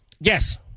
Yes